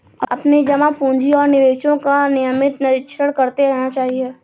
अपने जमा पूँजी और निवेशों का नियमित निरीक्षण करते रहना चाहिए